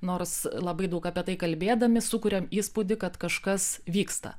nors labai daug apie tai kalbėdami sukuriam įspūdį kad kažkas vyksta